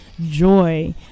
joy